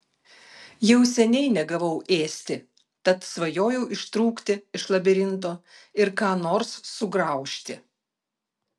jau seniai negavau ėsti tad svajojau ištrūkti iš labirinto ir ką nors sugraužti